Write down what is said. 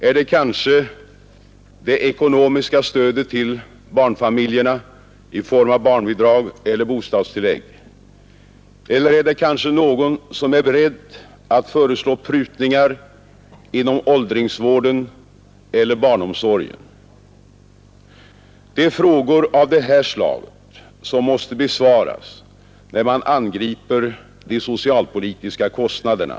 Är det kanske det ekonomiska stödet till barnfamiljerna i form av barnbidrag eller bostadstillägg? Eller är kanske någon beredd att föreslå prutningar inom åldringsvården eller barnomsorgen? Det är frågor av det här slaget som måste besvaras, när man angriper de socialpolitiska kostnaderna.